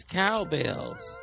cowbells